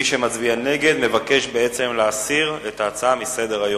מי שמצביע נגד מבקש להסיר את ההצעה מסדר-היום.